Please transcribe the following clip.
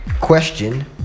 question